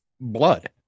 blood